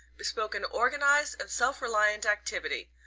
bespoke an organized and self-reliant activity,